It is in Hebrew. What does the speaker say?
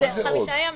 יש צו,